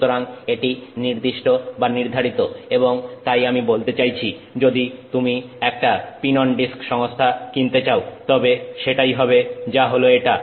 সুতরাং এটি নির্দিষ্ট বা নির্ধারিত এবং তাই আমি বলতে চাইছি যদি তুমি একটা পিন অন ডিস্ক সংস্থা কিনতে চাও তবে সেটাই হবে যা হল এটা